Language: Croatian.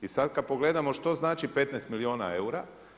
I sad kad pogledamo što znači 15 milijuna eura.